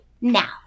now